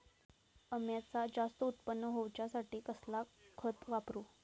अम्याचा जास्त उत्पन्न होवचासाठी कसला खत वापरू?